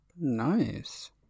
nice